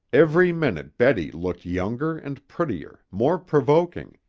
every minute betty looked younger and prettier, more provoking.